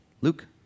Luke